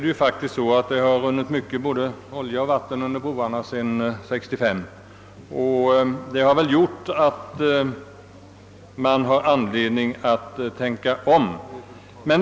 Det har faktiskt runnit mycket både olja och vatten under broarna sedan 1965, och det finns därför anledning att tänka om.